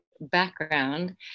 background